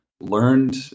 learned